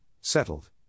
settled